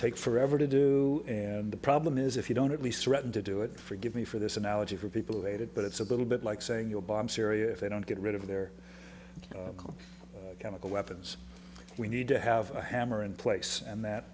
take forever to do and the problem is if you don't at least threaten to do it forgive me for this analogy for people dated but it's a little bit like saying you're bomb syria if they don't get rid of their chemical weapons we need to have a hammer in place and that